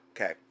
okay